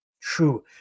True